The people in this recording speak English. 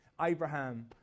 Abraham